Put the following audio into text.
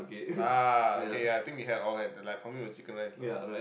ah okay yeah I think we had all to like for me it was chicken rice lah